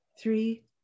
three